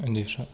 उन्दैफोरा